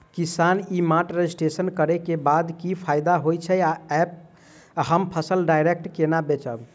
किसान e mart registration करै केँ बाद की फायदा होइ छै आ ऐप हम फसल डायरेक्ट केना बेचब?